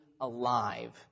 alive